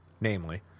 Namely